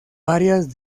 varias